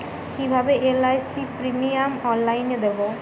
কিভাবে LIC premium অনলাইনে দেবো?